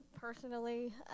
personally